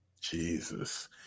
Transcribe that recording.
Jesus